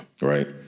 right